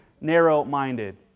narrow-minded